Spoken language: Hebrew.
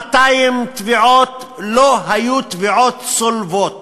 3,200 תביעות לא היו תביעות צולבות.